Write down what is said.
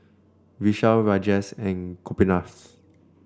Vishal Rajesh and Gopinath